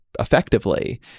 Effectively